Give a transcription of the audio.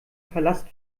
palast